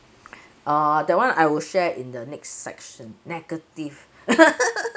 err that [one] I will share in the next section negative